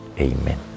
Amen